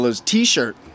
t-shirt